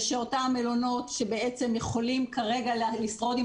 ושאותם מלונות שיכולים כרגע לשרוד עם